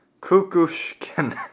Kukushkin-